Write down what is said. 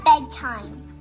bedtime